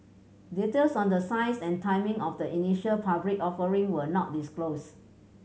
details on the size and timing of the initial public offering were not disclosed